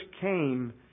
came